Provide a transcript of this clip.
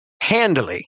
handily